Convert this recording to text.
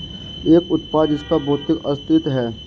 एक उत्पाद जिसका भौतिक अस्तित्व है?